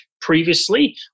previously